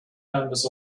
members